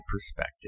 perspective